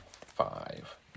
five